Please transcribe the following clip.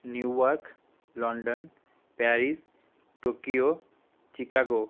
New York London Paris Tokyo Chicago